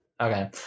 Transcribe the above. Okay